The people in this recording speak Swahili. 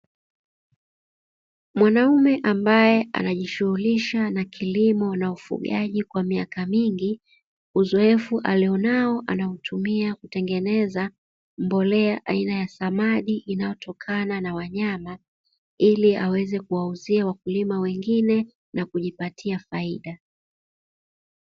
Mwanaume ambaYe anajishughulisha na kilimo na ufugaji kwa miaka mingi, uzoefu alionao anautumia kutengeneza mbolea aina ya samadi inayotokana na wanyama, ili aweze kuwauzia wakulima wengine na kujipatia faida.